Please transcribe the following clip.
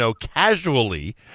casually